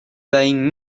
buying